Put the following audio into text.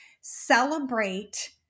celebrate